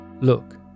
Look